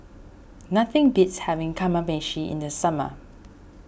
nothing beats having Kamameshi in the summer